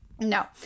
No